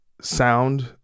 sound